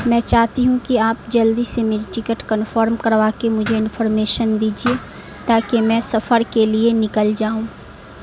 میں چاہتی ہوں کہ آپ جلدی سے میری ٹکٹ کنفرم کروا کے مجھے انفرمیشن دیجیے تاکہ میں سفر کے لیے نکل جاؤں